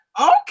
Okay